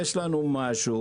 יש לנו משהו,